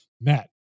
Matt